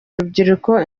urubyiruko